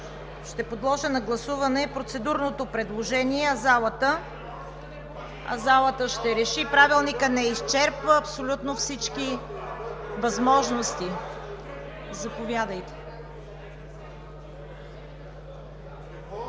Ще подложа на гласуване процедурното предложение, а залата ще реши. Правилникът не изчерпва абсолютно всички възможности. Заповядайте.